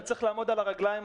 אני צריך לעמוד על הרגליים,